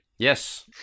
Yes